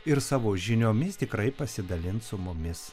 ir savo žiniomis tikrai pasidalins su mumis